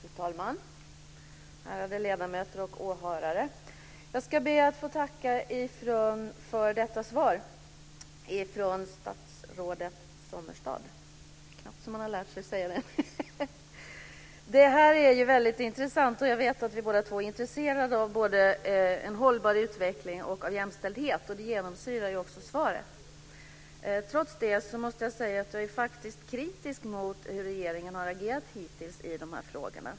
Fru talman! Ärade ledamöter och åhörare! Jag ska be att få tacka för detta svar från statsrådet Sommestad - det är knappt man har lärt sig säga det. Det här är väldigt intressant. Jag vet att vi båda två är intresserade av både en hållbar utveckling och av jämställdhet. Det genomsyrar också svaret. Trots det måste jag säga att jag är kritisk mot hur regeringen har agerat hittills i de här frågorna.